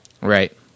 Right